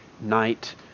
night